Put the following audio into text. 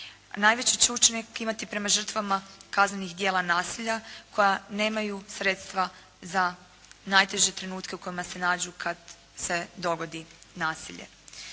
Najveći će učinak imati prema žrtvama kaznenih djela nasilja koja nemaju sredstva za najteže trenutke u kojima se nađu kad se dogodi nasilje.